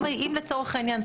אם לצורך העניין,